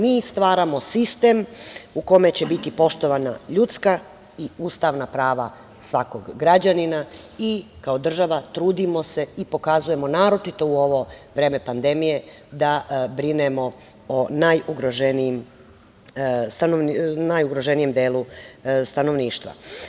Mi stvaramo sistem u kome će biti poštovana ljudska i ustavna prava svakog građanina i kao država trudimo se i pokazujemo naročito u ovo vreme pandemije da brinemo o najugroženijem delu stanovništva.